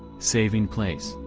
saving place,